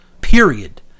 period